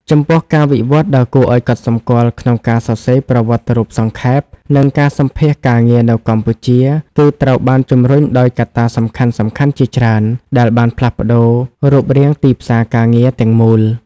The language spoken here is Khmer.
ចំពោះ ការវិវត្តន៍ដ៏គួរឲ្យកត់សម្គាល់ក្នុងការសរសេរប្រវត្តិរូបសង្ខេប និងការសម្ភាសន៍ការងារនៅកម្ពុជា គឺត្រូវបានជំរុញដោយកត្តាសំខាន់ៗជាច្រើន ដែលបានផ្លាស់ប្ដូររូបរាងទីផ្សារការងារទាំងមូល។